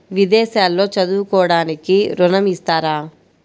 విదేశాల్లో చదువుకోవడానికి ఋణం ఇస్తారా?